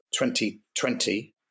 2020